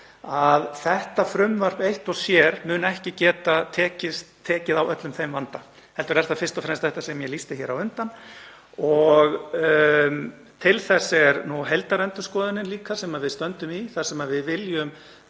— þetta frumvarp eitt og sér mun ekki geta tekið á öllum þeim vanda heldur er það fyrst og fremst þetta sem ég lýsti hér á undan. Til þess er nú heildarendurskoðunin líka sem við stöndum í þar sem við viljum